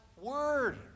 Word